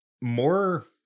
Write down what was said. more